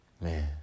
Man